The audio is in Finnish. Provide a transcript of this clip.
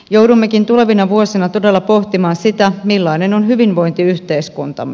joudummekin tulevina vuosina todella pohtimaan sitä millainen on hyvinvointiyhteiskuntamme